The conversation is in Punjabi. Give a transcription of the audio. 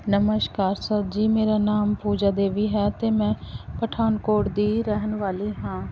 ਨਮਸਕਾਰ ਸਰ ਜੀ ਮੇਰਾ ਨਾਮ ਪੂਜਾ ਦੇਵੀ ਹੈ ਅਤੇ ਮੈਂ ਪਠਾਨਕੋਟ ਦੀ ਰਹਿਣ ਵਾਲੀ ਹਾਂ